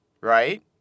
right